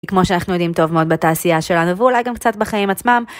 כמו שאנחנו יודעים טוב מאוד בתעשייה שלנו, ואולי גם קצת בחיים עצמם.